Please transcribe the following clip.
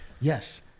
Yes